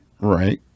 right